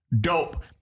dope